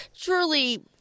truly